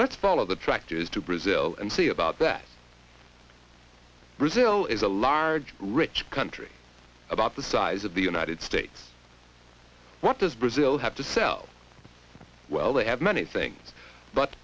let's follow the tractors to brazil and see about that brazil is a large rich country about the size of the united states what does brazil have to sell well they have many things but